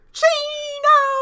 Chino